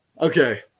Okay